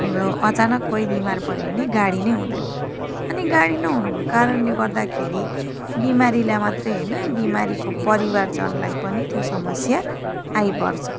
अब अचानक कोही बिमार पऱ्यो भने गाडी नै हुँदैन अनि गाडी नहुनुको कारणले गर्दाखेरि बिमारीलाई मात्रै होइन बिमारीको परिवारजनलाई पनि त्यो समस्या आइपर्छ